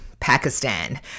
Pakistan